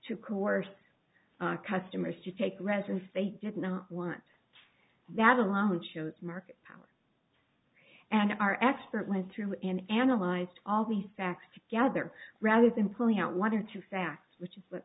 to coerce customers to take residence they did not want that alone shows market power and our export went through and analyzed all these facts together rather than pulling out one or two facts which is